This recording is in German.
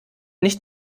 nicht